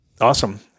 Awesome